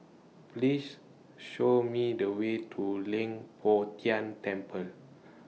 Please Show Me The Way to Leng Poh Tian Temple